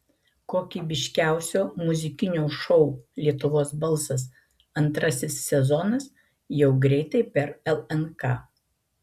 kokybiškiausio muzikinio šou lietuvos balsas antrasis sezonas jau greitai per lnk